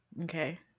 Okay